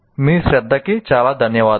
మీ శ్రద్ధకి చాలా ధన్యవాదాలు